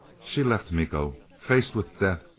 she left miko. faced with death,